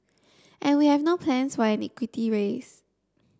and we have no plans for an equity raise